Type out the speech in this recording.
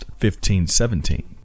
1517